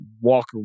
walk